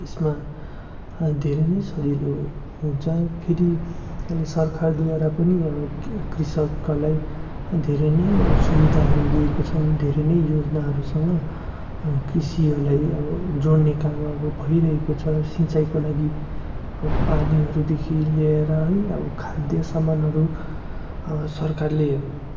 त्यसमा धेरै नै सजिलो हुन्छ फेरि अहिले सरकारद्वारा पनि अब कि कृषकहरूलाई धेरै नै सुविधाहरू दिएको छन् धेरै नै योजनाहरूसँग कृषिहरूलाई अब जोड्ने काम अब भइरहेको छ सिँचाइको लागि अब पानीहरूदेखि लिएर है अब खाद्य सामानहरू सरकारले